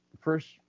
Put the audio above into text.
first